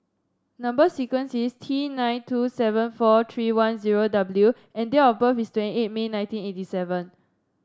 number sequence is T nine two seven four three one zero W and date of birth is twenty eight May nineteen eighty seven